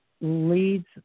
leads